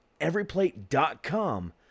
everyplate.com